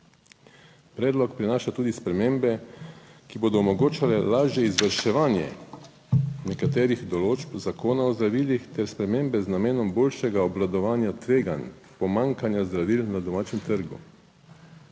Predlog prinaša tudi spremembe, ki bodo omogočale lažje izvrševanje nekaterih določb Zakona o zdravilih ter spremembe z namenom boljšega obvladovanja tveganj pomanjkanja zdravil na domačem trgu.